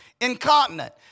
Incontinent